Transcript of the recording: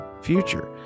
future